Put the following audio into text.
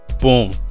Boom